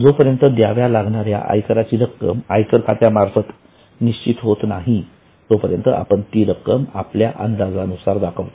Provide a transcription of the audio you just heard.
जोपर्यंत द्याव्या लागणाऱ्या आयकराची रक्कम आयकर खात्यामार्फत निश्चित होत नाही तोपर्यंत आपण ती रकम आपल्या अंदाजानुसार दाखवतो